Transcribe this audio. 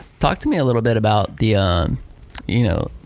talk to me a little bit about the um you know